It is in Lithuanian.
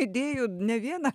idėjų ne vieną